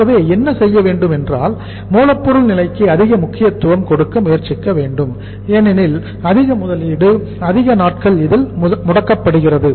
ஆகவே என்ன செய்ய வேண்டும் என்றால் மூலப்பொருள் நிலைக்கு அதிக முக்கியத்துவம் கொடுக்க முயற்சிக்க வேண்டும் ஏனெனில் அதிக முதலீடு அதிக நாட்கள் இதில் முடக்கப்படுகிறது